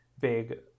big